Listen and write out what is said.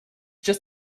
just